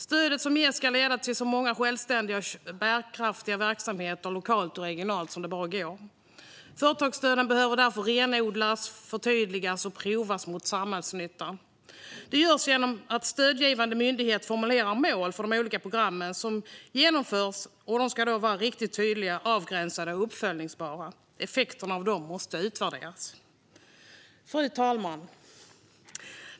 Stödet som ges ska leda till så många självständiga och bärkraftiga verksamheter lokalt och regionalt som det bara går. Företagsstöden behöver därför renodlas, förtydligas och prövas mot samhällsnyttan. Det görs med hjälp av stödgivande myndigheter som formulerar mål för de olika programmen, och de ska vara riktigt tydliga, avgränsade och uppföljbara. Effekterna av dem måste utvärderas. Fru talman!